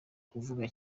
kuvuga